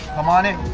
come on in